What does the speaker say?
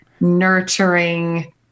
nurturing